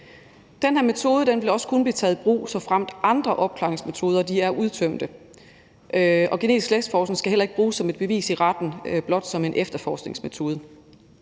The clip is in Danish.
Den her metode vil også kun blive taget i brug, såfremt andre opklaringsmetoder er udtømte, og genetisk slægtsforskning skal heller ikke bruges som et bevis i retten, men blot som en efterforskningsmetode.